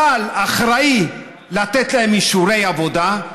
צה"ל אחראי לתת להם אישורי עבודה.